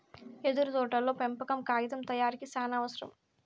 యెదురు తోటల పెంపకం కాగితం తయారీకి సానావసరం